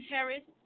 Harris